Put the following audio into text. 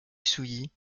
souilly